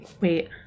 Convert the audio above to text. wait